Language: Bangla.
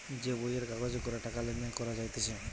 যে বইয়ের কাগজে করে টাকা লেনদেন করা যাইতেছে